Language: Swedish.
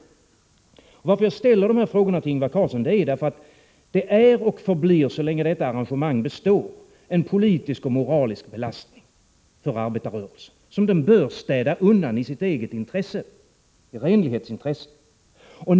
Anledningen till att jag ställer dessa frågor till Ingvar Carlsson är att så länge detta arrangemang består är och förblir det en politisk och moralisk belastning för arbetarrörelsen, som denna bör städa undan i sitt eget renlighetsintresse.